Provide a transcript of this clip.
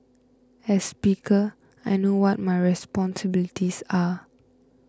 as speaker I know what my responsibilities are